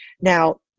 now